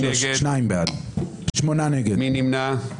1 בעד, 8 נגד, 3 נמנעים.